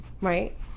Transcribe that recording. Right